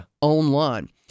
online